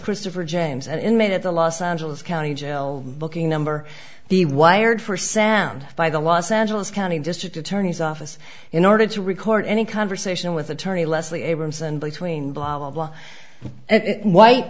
christopher james an inmate at the los angeles county jail booking number the wired for sound by the los angeles county district attorney's office in order to record any conversation with attorney leslie abramson between blah blah blah and